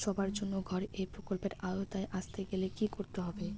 সবার জন্য ঘর এই প্রকল্পের আওতায় আসতে গেলে কি করতে হবে?